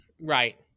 Right